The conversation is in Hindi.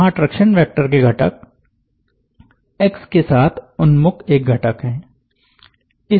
यहाँ ट्रैक्शन वेक्टर के घटक एक्स के साथ उन्मुख एक घटक है